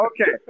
okay